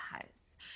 House